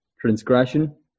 transgression